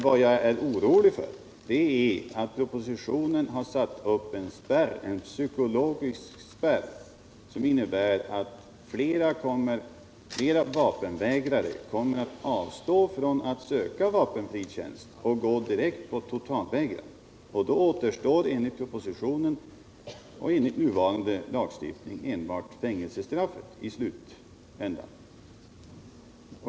Vad jag är orolig för är att propositionen har satt upp en psykologisk spärr, som innebär att flera vapenvägrare kommer att avstå från att söka vapenfri tjänst och gå direkt på totalvägran. Och då återstår enligt propositionen och enligt nuvarande lagstiftning enbart fängelsestraff i slutändan.